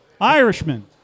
Irishman